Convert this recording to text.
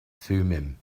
thummim